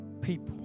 people